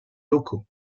locaux